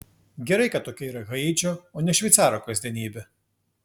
gerai kad tokia yra haičio o ne šveicarų kasdienybė